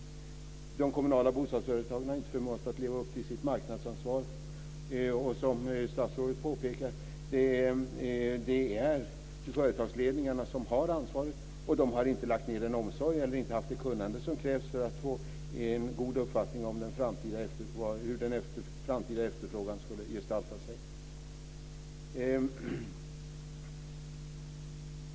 De kommunala bostadsföretagen har inte förmått att leva upp till sitt marknadsansvar. Som statsrådet påpekade är det företagsledningarna som har ansvaret. De har inte lagt ned den omsorg eller haft det kunnande som hade krävts för att få en god uppfattning om hur en framtida efterfrågan skulle gestalta sig.